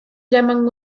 llaman